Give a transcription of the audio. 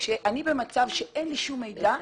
כשאני במצב שאין לי שום מידע,